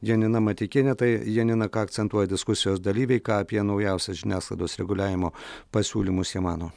janina mateikienė tai janina ką akcentuoja diskusijos dalyviai ką apie naujausias žiniasklaidos reguliavimo pasiūlymus jie mano